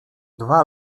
dwa